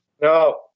no